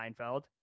Seinfeld